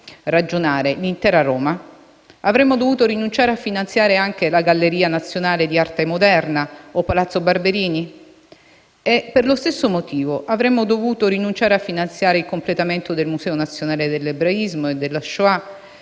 ragionare, l'intera Roma, avremmo dovuto rinunciare a finanziare anche la Galleria nazionale di arte moderna o Palazzo Barberini?! E per lo stesso motivo avremmo dovuto rinunciare a finanziare il completamento del Museo nazionale dell'ebraismo e della *Shoah*